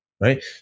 Right